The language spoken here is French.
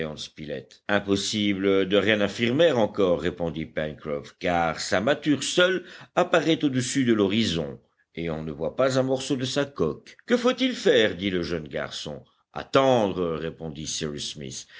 impossible de rien affirmer encore répondit pencroff car sa mâture seule apparaît au-dessus de l'horizon et on ne voit pas un morceau de sa coque que faut-il faire dit le jeune garçon attendre répondit cyrus smith